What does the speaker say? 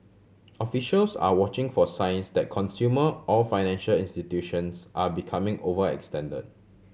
officials are watching for signs that consumer or financial institutions are becoming overextend